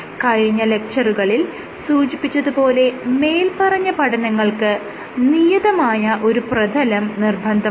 കഴിഞ്ഞ ലെക്ച്ചറുകളിൽ സൂചിപ്പിച്ചത് പോലെ മേല്പറഞ്ഞ പഠനങ്ങൾക്ക് നിയതമായ ഒരു പ്രതലം നിർബന്ധമാണ്